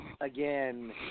again